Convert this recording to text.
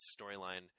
storyline